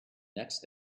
next